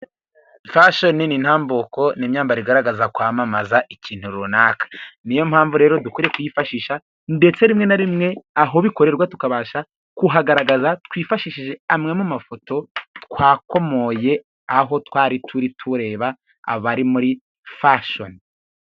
Fashoni ni intambuko n'imyambaro igaragaza kwamamaza ikintu runaka, n'iyo mpamvu rero dukwiriye kuyifashisha ndetse rimwe na rimwe aho bikorerwa tukabasha kuhagaragaza, twifashishije amwe mu mafoto twakomoye aho twari turi, tureba abari muri fashoni.